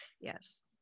Yes